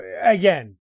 again